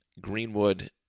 Greenwood